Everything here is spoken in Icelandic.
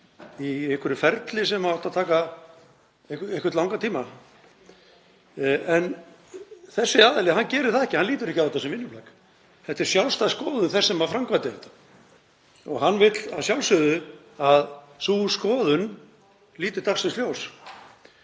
í einhverju ferli sem átti að taka einhvern langan tíma, en umræddur aðili gerir það ekki. Hann lítur ekki á þetta sem vinnuplagg. Þetta er sjálfstæð skoðun þess sem framkvæmdi þetta. Hann vill að sjálfsögðu að sú skoðun líti dagsins ljós.